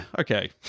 okay